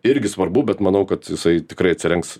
irgi svarbu bet manau kad jisai tikrai atsirinks